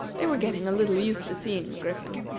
they were getting a little used to seeing the griffin,